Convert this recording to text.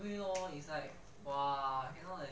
you know is like !wah!